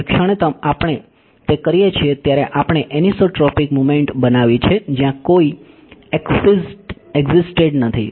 જે ક્ષણે આપણે તે કરીએ છીએ ત્યારે આપણે એનિસોટ્રોપિક મુમેન્ટ બનાવી છે જ્યાં કોઈ એક્ઝીસ્ટેડ નથી